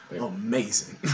Amazing